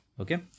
okay